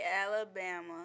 Alabama